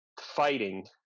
fighting